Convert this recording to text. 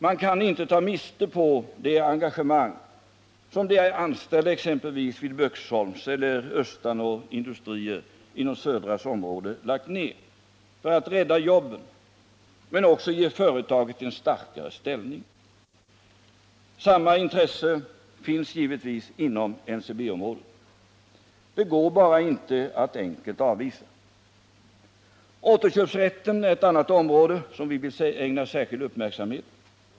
Man kan inte ta miste på det engagemang som de anställda exempelvis vid Böksholms eller Östanå industrier inom Södras område lagt ner för att rädda jobben men också för att ge företaget en starkare ställning. Samma intresse finns givetvis inom NCB-området. Det går bara inte att enkelt avvisa. Återköpsrätten är ett annat område som vi vill ägna särskild uppmärksamhet.